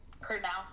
pronounce